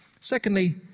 Secondly